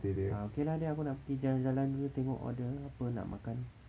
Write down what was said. ah okay lah then aku nak pergi jalan-jalan dulu tengok order apa nak makan